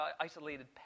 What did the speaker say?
isolated